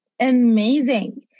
amazing